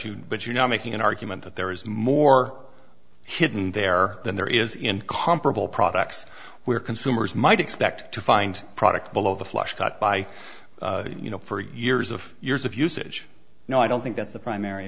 do but you're not making an argument that there is more hidden there than there is in comparable products where consumers might expect to find product below the flush got by you know for years of years of usage no i don't think that's the primary